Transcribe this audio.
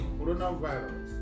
coronavirus